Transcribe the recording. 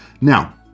Now